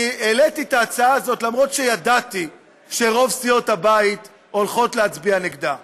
העליתי את ההצעה הזאת אפילו שידעתי שרוב סיעות הבית הולכות להצביע נגדה,